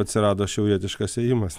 atsirado šiaurietiškas ėjimas